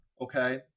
Okay